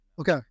Okay